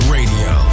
Radio